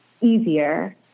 easier